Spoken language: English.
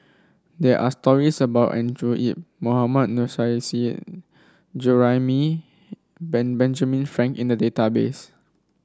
there are stories about Andrew Yip Mohammad Nurrasyid Juraimi Ben Benjamin Frank in the database